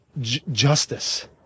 justice